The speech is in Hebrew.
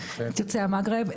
גם את יוצאי המגרב,